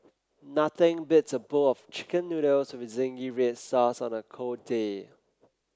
nothing beats a bowl of chicken noodles with zingy red sauce on a cold day